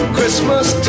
Christmas